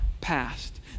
past